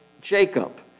Jacob